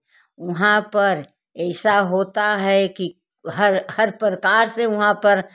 वहाँ पर ऐसा होता है कि हर हर प्रकार से वहाँ पर मेला लगता है